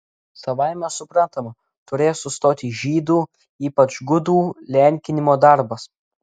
savaime suprantama turės sustoti žydų ypač gudų lenkinimo darbas